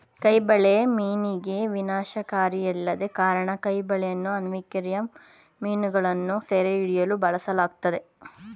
ಕೈ ಬಲೆ ಮೀನಿಗೆ ವಿನಾಶಕಾರಿಯಲ್ಲದ ಕಾರಣ ಕೈ ಬಲೆಯನ್ನು ಅಕ್ವೇರಿಯಂ ಮೀನುಗಳನ್ನು ಸೆರೆಹಿಡಿಯಲು ಬಳಸಲಾಗ್ತದೆ